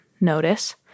notice